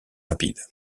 rapide